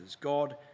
God